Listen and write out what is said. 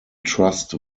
trust